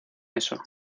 eso